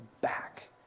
back